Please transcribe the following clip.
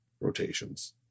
rotations